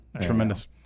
tremendous